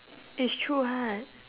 it's true [what]